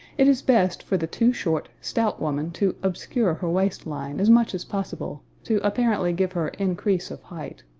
it is best for the too short, stout woman to obscure her waist-line as much as possible, to apparently give her increase of height.